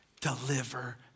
deliver